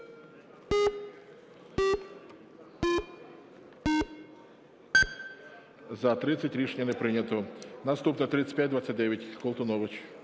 За-30 Рішення не прийнято. Наступна 3529. Колтунович